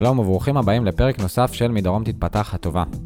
שלום וברוכים הבאים לפרק נוסף של מדרום תתפתח הטובה